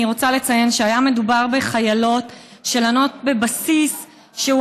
אני רוצה לציין שהיה מדובר בחיילות שלנות בבסיס שהוא